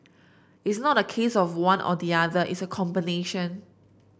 it's not a case of one or the other it's a combination